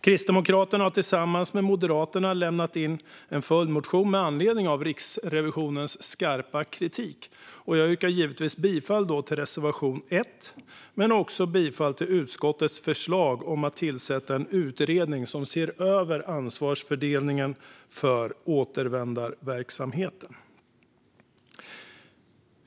Kristdemokraterna har tillsammans med Moderaterna lämnat in en följdmotion med anledning av Riksrevisionens skarpa kritik. Jag yrkar givetvis bifall till reservation 1 men också till utskottets förslag om att tillsätta en utredning som ska se över ansvarsfördelningen för återvändandeverksamheten.